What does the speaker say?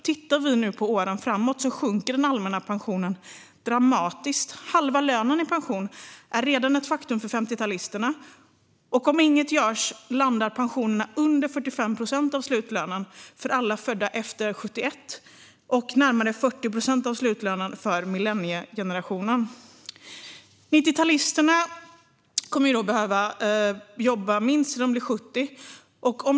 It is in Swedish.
Tittar vi på åren framåt sjunker den allmänna pensionen dramatiskt. Halva lönen i pension är redan ett faktum för 50-talisterna, och om inget görs landar pensionerna på under 45 procent av slutlönen för alla födda efter 1971 och på närmare 40 procent av slutlönen för millenniegenerationen. Detta betyder att 90-talisterna kommer att behöva jobba minst fram till att de blir 70.